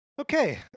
Okay